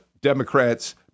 Democrats